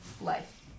life